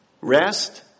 Rest